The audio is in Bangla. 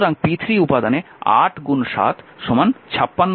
সুতরাং p3 উপাদানে 8 7 56 ওয়াট পাওয়ার শোষিত হবে